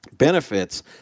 benefits